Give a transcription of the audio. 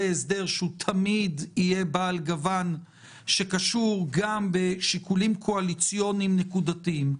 זה הסדר שתמיד יהיה בעל גוון שקשור גם בשיקולים קואליציוניים נקודתיים.